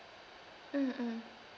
mm mm